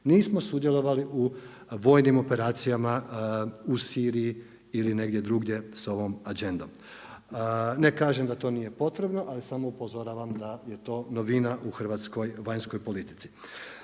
Nismo sudjelovali u vojnim operacijama u Siriji ili negdje drugdje sa ovom Agendom. Ne kažem da to nije potrebno, ali samo upozoravam da je to novina u hrvatskoj vanjskoj politici.